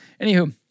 anywho